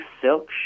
silk